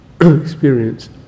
experience